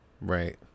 right